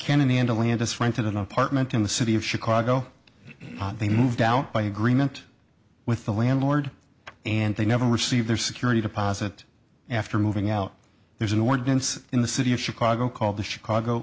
rented an apartment in the city of chicago they moved out by agreement with the landlord and they never received their security deposit after moving out there's an ordinance in the city of chicago called the chicago